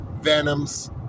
venoms